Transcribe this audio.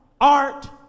art